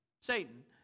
Satan